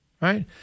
Right